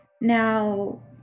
Now